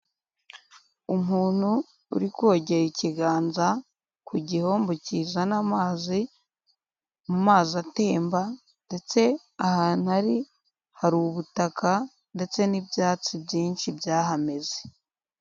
Umuntu uri kogera ikiganza, ku gihombo kizana amazi mu mazi atemba, ndetse ahantu ari hari ubutaka, ndetse n'ibyatsi byinshi byahameze.